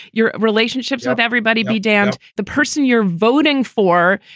your relationships with everybody be damned. the person you're voting for,